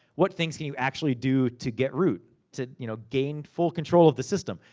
what things can you actually do to get root? to you know gain full control of the system.